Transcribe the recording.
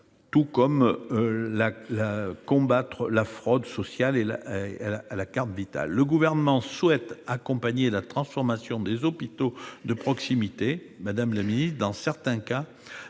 visent à combattre la fraude sociale à la carte Vitale. Le Gouvernement souhaite accompagner la transformation des hôpitaux de proximité, madame la ministre. Dans certains cas,